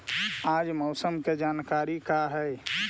आज मौसम के जानकारी का हई?